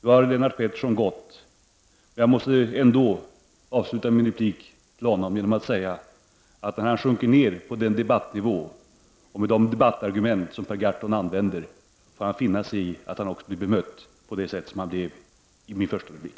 Nu har Lennart Pettersson gått, men jag måste ändå avsluta min replik till honom genom att säga, att när han sjunker ned på den debattnivå och tar till de debattargument som Per Gahrton använder får han finna sig i att bli bemött på det sätt som han blev i min första replik.